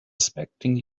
expecting